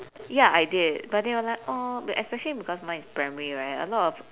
ya I did but they were like !aww! but especially because mine is primary right a lot of